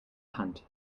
hand